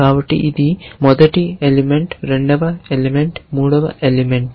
కాబట్టి ఇది మొదటి ఎలిమెంట్ రెండవ ఎలిమెంట్ మూడవ ఎలిమెంట్